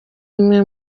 imwe